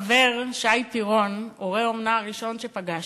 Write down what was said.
חבר, שי פירון, הורה האומנה הראשון שפגשתי,